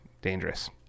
dangerous